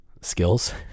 skills